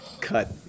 Cut